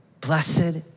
blessed